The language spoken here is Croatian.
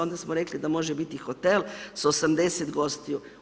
Onda smo rekli da može biti hotel s 80 gostiju.